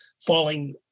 falling